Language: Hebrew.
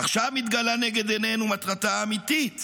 עכשיו מתגלה לנגד עינינו מטרתה האמיתית